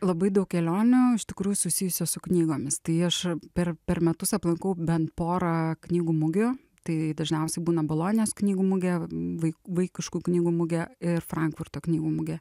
labai daug kelionių iš tikrųjų susijusios su knygomis tai aš per per metus aplankau bent porą knygų mugių tai dažniausiai būna bolonijos knygų mugė vai vaikiškų knygų mugė ir frankfurto knygų mugė